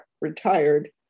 retired